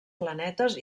planetes